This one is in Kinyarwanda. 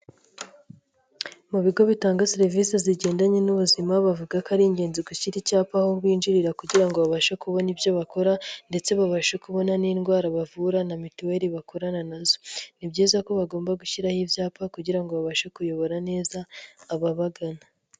Mu bigo bitanga serivisi zigendanye n'ubuzima, bavuga ko ari ingenzi gushyira icyapa aho binjirira kugira ngo babashe kubona ibyo bakora ndetse babashe kubona n'indwara bavura na mituweli bakorana nazo, ni byiza ko bagomba gushyiraho ibyapa kugira ngo babashe kuyobora neza ababagana.